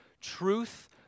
truth